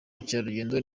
ubukerarugendo